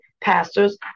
pastors